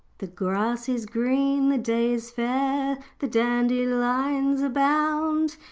the grass is green, the day is fair, the dandelions abound.